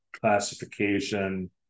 classification